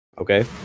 Okay